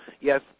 yes